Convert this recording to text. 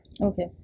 okay